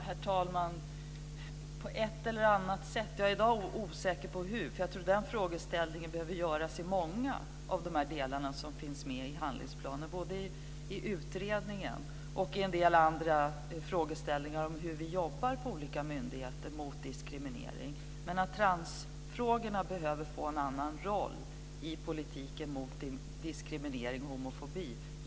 Herr talman! Ja, på ett eller annat sätt. Jag är i dag osäker på hur. Jag tror att den frågeställningen behöver tas upp när det gäller många av de delar som finns med i handlingsplanen. Det gäller både utredningen och en del andra frågeställningar om hur vi jobbar mot diskriminering på olika myndigheter. Men transfrågorna behöver få en annan roll i politiken mot diskriminering och homofobi.